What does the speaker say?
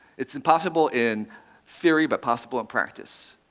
it's impossible in theory, but possible in practice.